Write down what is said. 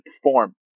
perform